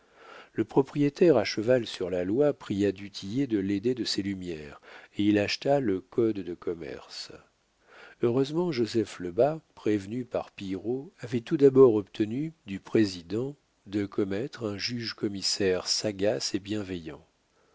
le propriétaire à cheval sur la loi pria du tillet de l'aider de ses lumières et il acheta le code de commerce heureusement joseph lebas prévenu par pillerault avait tout d'abord obtenu du président de commettre un juge commissaire sagace et bienveillant